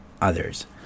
others